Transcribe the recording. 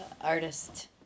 artist